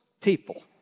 people